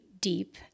deep